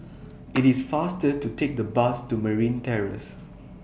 IT IS faster to Take The Bus to Marine Terrace